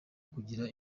kugira